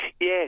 Yes